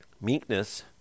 Meekness